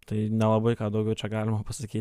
tai nelabai ką daugiau čia galima pasakyt